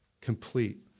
complete